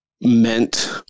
meant